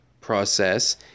process